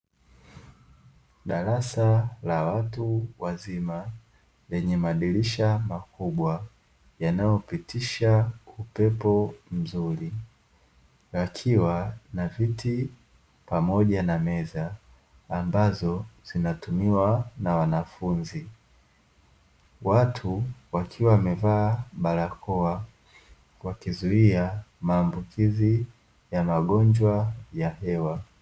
Daraasa la watu wazima lenye madirisha makubwa, yanayopitisha upepo mzuri yakiwa na viti pamoja na meza ambazo zinatumiwa na wanafunzi. Watu wakiwa wamevaa barakoa wakizuia maambukizi ya magonjwa ya hewa.